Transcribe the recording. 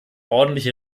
ordentliche